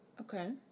Okay